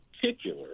particular